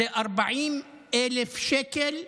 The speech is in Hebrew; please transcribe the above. זה 40,000 שקל במזומן.